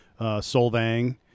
Solvang